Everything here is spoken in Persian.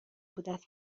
بوداز